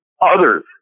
others